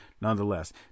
Nonetheless